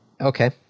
Okay